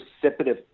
precipitous